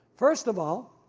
first of all